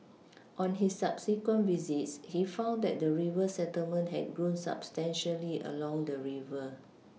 on his subsequent visits he found that the river settlement had grown substantially along the river